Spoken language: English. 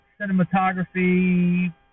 Cinematography